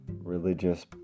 religious